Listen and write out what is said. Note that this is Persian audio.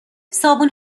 صابون